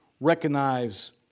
recognize